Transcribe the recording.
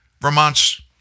Vermont's